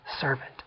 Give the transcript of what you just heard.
servant